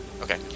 Okay